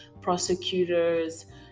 prosecutors